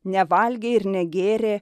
nevalgė ir negėrė